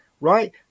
right